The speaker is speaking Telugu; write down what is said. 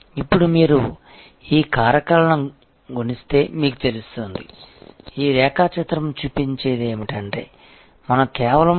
ఇప్పుడు మీరు ఈ కారకాలను గుణిస్తే మీకు తెలుస్తుంది ఈ రేఖాచిత్రం చూపించేది ఏమిటంటే మనం కేవలం 7